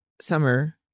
Summer